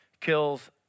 kills